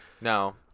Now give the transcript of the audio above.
No